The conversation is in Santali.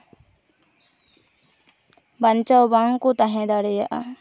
ᱵᱟᱧᱪᱟᱣ ᱵᱟᱝᱠᱚ ᱛᱟᱦᱮᱸ ᱫᱟᱲᱮᱭᱟᱜᱼᱟ